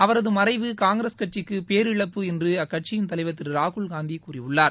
அவரது மறைவு காங்கிரஸ் கட்சிக்கு பேரிழப்பு என்று அக்கட்சியின் தலைவர் திரு ராகுல்காந்தி கூறியுள்ளார்